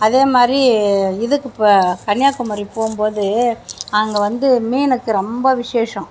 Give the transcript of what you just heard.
அதேமாதிரி இதுக்கு கன்னியாகுமரி போகும்போது அங்கே வந்து மீனுக்கு ரொம்ப விஷேஷம்